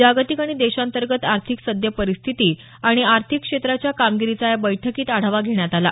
जागतिक आणि देशांतर्गत आर्थिक सद्य परिस्थिती आणि आर्थिक क्षेत्राच्या कामगिरिचा या बैठकीत आढावा घेण्यात आला